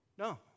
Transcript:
No